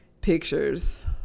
pictures